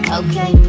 okay